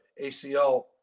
ACL